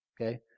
Okay